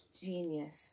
Genius